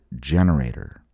generator